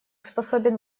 способен